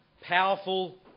powerful